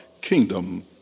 kingdom